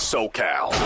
SoCal